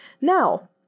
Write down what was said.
Now